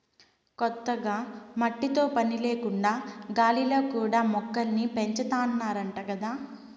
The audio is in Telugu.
కొత్తగా మట్టితో పని లేకుండా గాలిలో కూడా మొక్కల్ని పెంచాతన్నారంట గదా